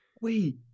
Wait